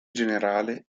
generale